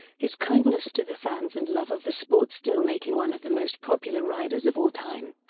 his kindness to the fans and love of the sport still make him one of the most popular riders of all time.